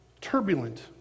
turbulent